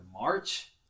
March